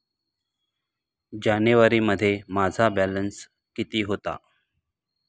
जानेवारीमध्ये माझा बॅलन्स किती होता?